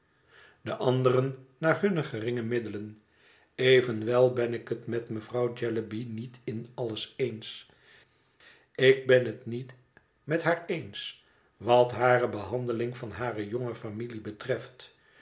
de anderen naar hunne geringe middelen evenwel ben ik het met mevrouw jellyby niet in alles eens ik ben het niet met haar eens wat hare behandeling van hare jonge familie betreft